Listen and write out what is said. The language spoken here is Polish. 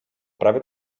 prawie